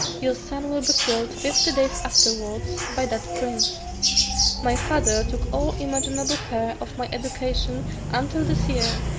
your son will be killed fifty days afterwards by that prince my father took all imaginable care of my education until this year,